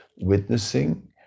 witnessing